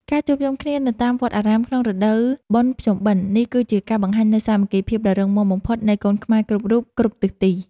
ការជួបជុំគ្នានៅតាមវត្តអារាមក្នុងរដូវបុណ្យភ្ជុំបិណ្ឌនេះគឺជាការបង្ហាញនូវសាមគ្គីភាពដ៏រឹងមាំបំផុតនៃកូនខ្មែរគ្រប់រូបគ្រប់ទិសទី។